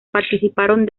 participaron